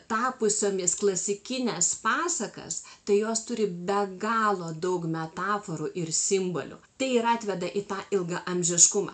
tapusiomis klasikines pasakas tai jos turi be galo daug metaforų ir simbolių tai ir atveda į tą ilgaamžiškumą